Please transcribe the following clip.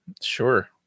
Sure